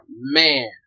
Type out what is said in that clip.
man